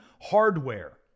hardware